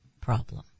problem